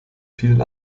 vielen